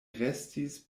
restis